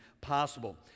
possible